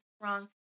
wrong